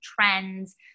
trends